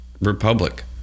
Republic